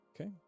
Okay